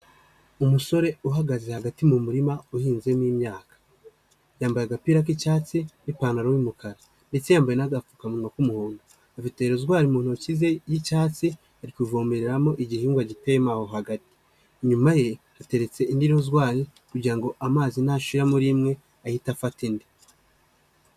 Umusore uhagaze hagati mu murima uhinzemo imyaka, yambaye agapira k'icyatsi n'ipantaro y'umukara ndetse yambaye n'agapfukamunwa k'umuhondo, afite rozwari mu ntoki ze y'icyatsi ari kuvomereramo igihingwa giteye mo aho hagati, inyuma ye hateretse indi rozwari kugira ngo amazi nashira muri imwe ahite afata indi.